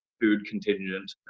food-contingent